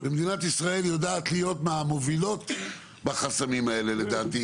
מדינת ישראל יודעת להיות מהמובילות בחסמים האלה לדעתי,